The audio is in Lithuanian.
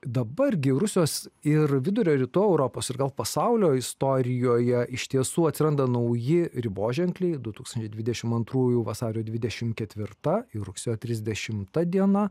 dabar gi rusijos ir vidurio rytų europos ir gal pasaulio istorijoje iš tiesų atsiranda nauji riboženkliai du tūkstančiai dvidešim antrųjų vasario dvidešim ketvirta ir rugsėjo trisdešimta diena